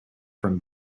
from